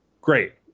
great